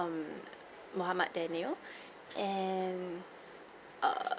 muhammad daniel and err